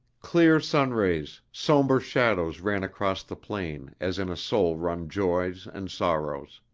clear sunrays, somber shadows ran across the plain as in a soul run joys and sorrows.